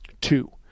Two